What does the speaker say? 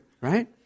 right